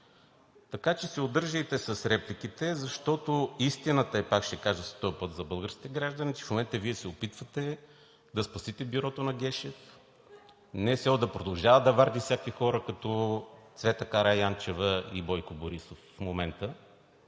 Така че се удържайте с репликите, защото истината е, пак ще кажа този път за българските граждани, че в момента Вие се опитвате да спасите Бюрото на Гешев, НСО да продължава да варди всякакви хора като Цвета Караянчева и Бойко Борисов в момента